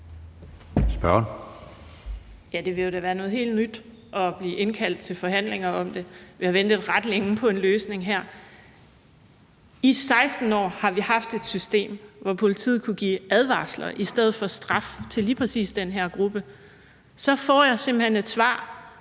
Dehnhardt (SF): Det vil jo da være noget helt nyt at blive indkaldt til forhandlinger om det. Vi har ventet ret længe på en løsning her. I 16 år har vi haft et system, hvor politiet kunne give advarsler i stedet for straf til lige præcis den her gruppe, og så får jeg simpelt hen et svar